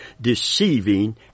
deceiving